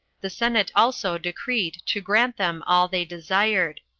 the senate also decreed to grant them all they desired.